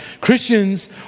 Christians